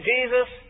Jesus